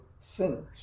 sinners